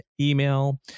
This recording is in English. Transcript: email